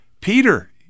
Peter